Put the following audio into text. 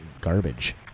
garbage